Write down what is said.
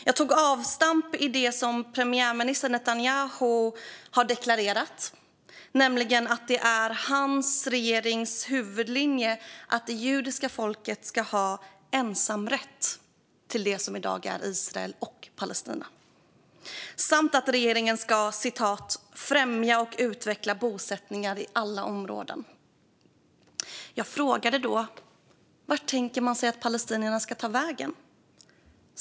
Jag tog avstamp i det premiärminister Netanyahu har deklarerat: att hans regerings huvudlinje är att det judiska folket ska ha ensamrätt till det som i dag är Israel och Palestina och att denna regering ska främja och utveckla bosättningar i alla områden. Jag frågade då vart man tänker sig att palestinierna ska ta vägen.